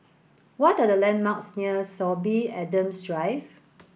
what are the landmarks near Sorby Adams Drive